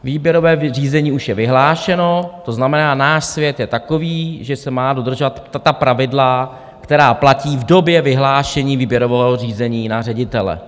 Výběrové řízení už je vyhlášeno, to znamená, náš svět je takový, že se mají dodržovat ta pravidla, která platí v době vyhlášení výběrového řízení na ředitele.